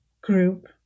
group